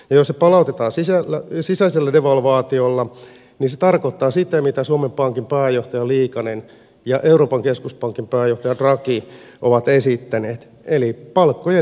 jos se palautettaan sisäisellä devalvaatiolla se tarkoittaa sitä mitä suomen pankin pääjohtaja liikanen ja euroopan keskuspankin pääjohtaja draghi ovat esittäneet eli palkkojen leikkauksia